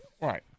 right